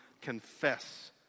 confess